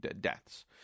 deaths